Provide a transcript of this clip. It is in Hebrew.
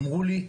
אמרו לי,